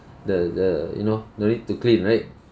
the the you know no need to clean right